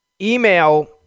email